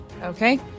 Okay